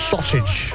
Sausage